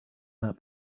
that